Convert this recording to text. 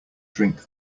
drink